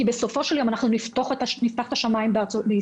כי בסופו של יום אנחנו נפתח את השמיים לישראל,